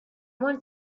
want